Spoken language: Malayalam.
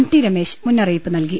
ടി രമേശ് മുന്നറിയിപ്പ് നൽകി